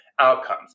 outcomes